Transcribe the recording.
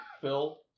Phil